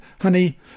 Honey